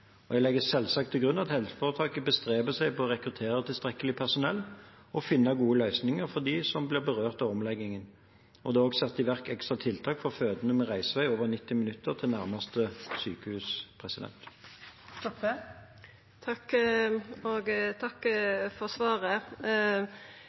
og jeg legger selvsagt til grunn at helseforetaket bestreber seg på å rekruttere tilstrekkelig personell og finne gode løsninger for dem som blir berørt av omleggingen. Det er også satt i verk ekstra tiltak for fødende med en reisevei på over 90 minutter til nærmeste sykehus. Takk